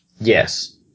Yes